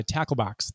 Tacklebox